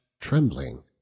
trembling